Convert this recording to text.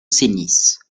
cenis